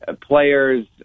players